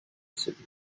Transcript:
city